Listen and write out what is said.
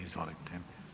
Izvolite.